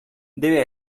deve